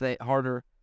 harder